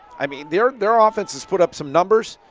i mean their their ah offense has put up some numbers,